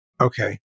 Okay